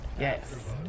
Yes